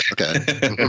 okay